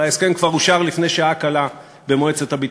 הרי ההסכם כבר אושר לפני שעה קלה במועצת הביטחון.